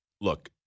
look